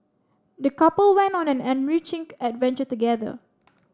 the couple went on an enriching adventure together